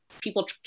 people